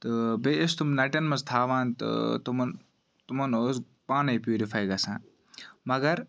تہٕ بییٚہ ٲسۍ تِم نَٹٮ۪ن مَنٛز تھاوان تہ تِمَن تِمَن اوس پانے پیورِفاے گَژھان مَگَر